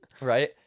Right